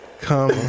Come